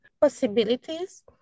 possibilities